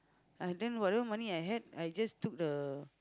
uh then whatever money I had I just took the